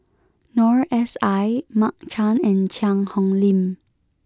Noor S I Mark Chan and Cheang Hong Lim